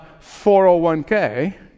401k